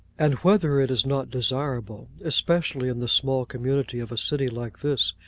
and whether it is not desirable, especially in the small community of a city like this,